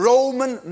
Roman